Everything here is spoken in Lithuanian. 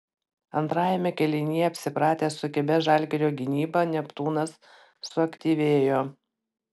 antrajame kėlinyje apsipratęs su kibia žalgirio gynyba neptūnas suaktyvėjo